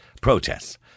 protests